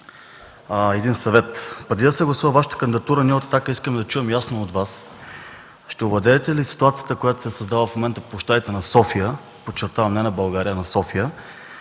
един съвет. Преди да се гласува Вашата кандидатура, ние от „Атака” искаме да чуем ясно от Вас – ще овладеете ли ситуацията, която се създава в момента по площадите на София – подчертавам, не на България, а на София,